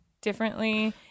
differently